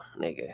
nigga